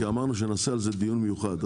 כי אמרנו שנקיים על זה דיון מיוחד.